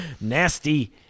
nasty